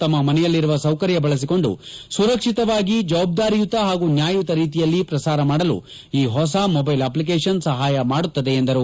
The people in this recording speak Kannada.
ತಮ್ಮ ಮನೆಗಳಲ್ಲಿರುವ ಸೌಕರ್ಯ ಬಳಸಿಕೊಂಡು ಸುರಕ್ಷಿತವಾಗಿ ಜವಾಬ್ದಾರಿಯುತ ಹಾಗೂ ನ್ಯಾಯಯುತ ರೀತಿಯಲ್ಲಿ ಪ್ರಸಾರ ಮಾಡಲು ಈ ಹೊಸ ಮೊಬೈಲ್ ಅಪ್ಲಿಕೇಶನ್ ಸಹಾಯ ಮಾಡುತ್ತದೆ ಎಂದರು